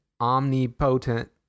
omnipotent